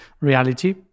reality